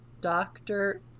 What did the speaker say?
doctor